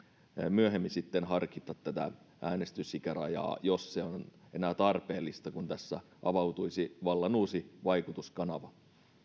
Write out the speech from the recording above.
myöhemmin harkita tätä äänestysikärajaa jos se on enää tarpeellista kun tässä avautuisi vallan uusi vaikutuskanava